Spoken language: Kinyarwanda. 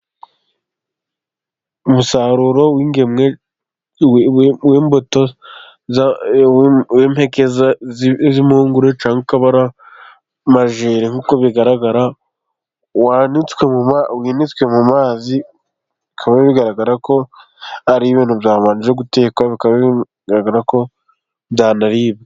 Umusaruro w'ingemwe, w'imbuto, w'impeke z'impungure, cyangwa akaba ari amajeri, nkuko bigaragara, winitswe mu mazi, bikaba bigaragara ko ari ibintu byabanje gu gutekwa, bikaba bigaragara ko byanaribwa.